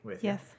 Yes